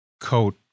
coat